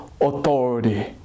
authority